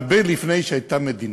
הרבה לפני שהייתה מדינה.